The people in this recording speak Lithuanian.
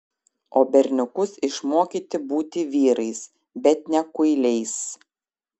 o berniukus išmokyti būti vyrais bet ne kuiliais